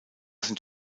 sind